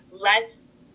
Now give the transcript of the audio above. less